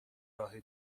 راه